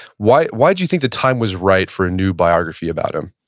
why why did you think the time was right for a new biography about him?